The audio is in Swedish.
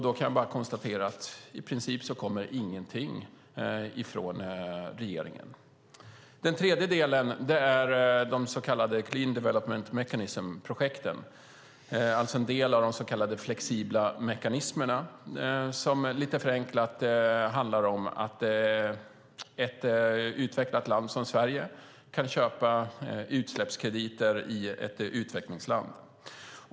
Då kan jag bara konstatera att i princip ingenting kommer från regeringen. Den tredje delen är de så kallade Clean Development Mechanism-projekten, alltså en del av de flexibla mekanismerna som lite förenklat handlar om att ett utvecklat land som Sverige kan köpa utsläppskrediter i ett utvecklingsland.